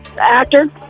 Actor